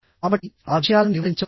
కాబట్టి ఆ విషయాలను నివారించవచ్చు